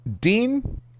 Dean